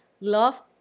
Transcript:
Love